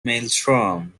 maelstrom